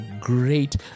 great